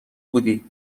بودی